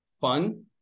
fun